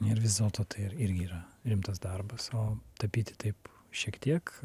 ir vis dėlto tai irgi yra rimtas darbas o tapyti taip šiek tiek